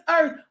earth